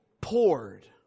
poured